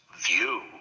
view